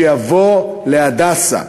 שיבוא ל"הדסה",